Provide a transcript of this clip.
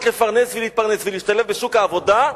לפרנס ולהתפרנס ולהשתלב בשוק העבודה,